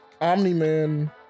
Omni-Man